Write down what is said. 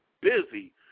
busy